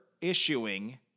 issuing